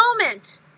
moment